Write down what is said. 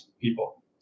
people